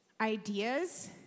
ideas